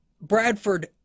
Bradford